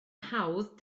hawdd